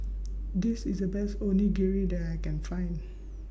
This IS The Best Onigiri that I Can Find